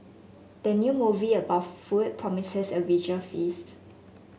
the new movie about food promises a visual feast